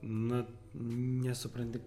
na nesupranti